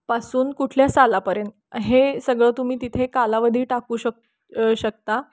पासून कुठल्या सालापर्यंत हे सगळं तुम्ही तिथे कालावधी टाकू शक शकता